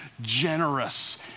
generous